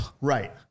Right